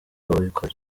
rw’abikorera